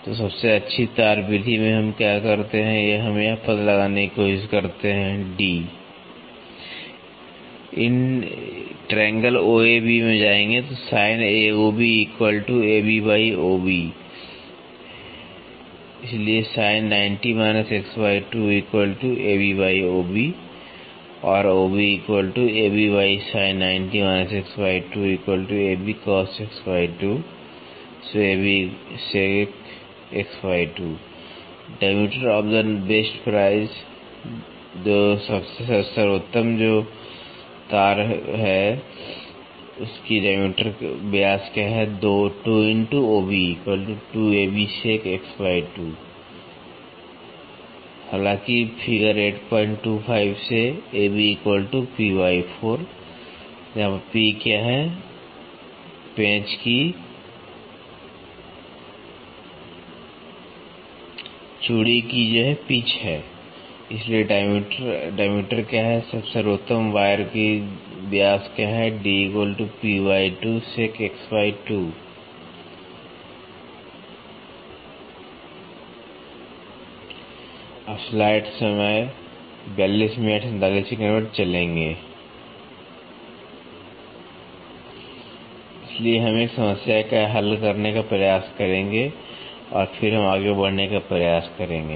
तो सबसे अच्छी तार विधि में हम क्या करते हैं हम यह पता लगाने की कोशिश करते हैं d इसलिए हम एक समस्या हल करने का प्रयास करेंगे और फिर हम आगे बढ़ने का प्रयास करेंगे